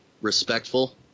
respectful